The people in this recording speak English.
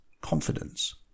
confidence